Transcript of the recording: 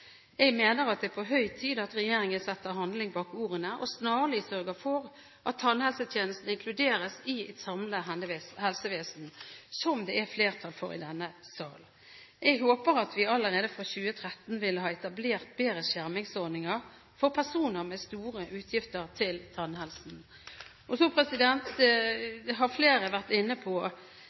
Jeg mener at det er på høy tid at regjeringen setter handling bak ordene og snarlig sørger for at tannhelsetjenesten inkluderes i et samlende helsevesen, som det er flertall for i denne sal. Jeg håper at vi allerede fra 2013 vil ha etablert bedre skjermingsordninger for personer med store utgifter til tannhelsen. Flere har vært inne på at regjeringen har